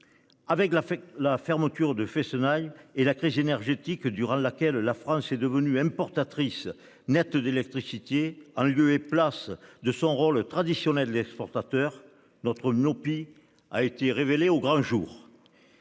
fait la fermeture de Fessenheim et la crise énergétique durant laquelle la France est devenue importatrice nette d'électricité en lieu et place de son rôle traditionnel exportateur notre myopie a été révélé au grand jour.